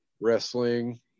wrestling